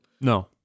no